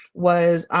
was, ah,